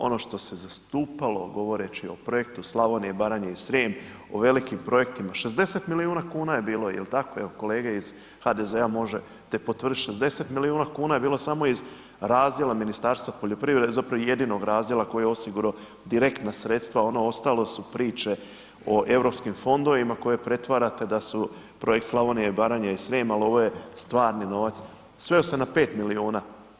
Ono što se zastupalo govoreći o projektu Slavonija, Baranja i Srijem o velikim projektima, 60 miliona kuna je bilo, jel tako, jel kolege iz HDZ-a možete potvrditi, 60 miliona kuna je bilo samo iz razdjela Ministarstva poljoprivrede zapravo jedinog razdjela koji je osigurao direktna sredstva, ono ostalo su priče o Europskim fondovima koje pretvarate da su projekt Slavonija, Baranja i Srijem, ali ovo je stvari novac, sveo se na 5 miliona.